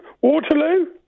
Waterloo